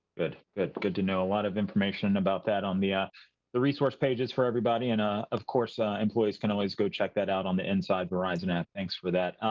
good good to know. a lot of information about that on the ah the resource pages for everybody and. ah of course, ah employees can always go check that out on the inside verizon app. thanks for that.